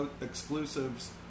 exclusives